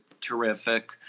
terrific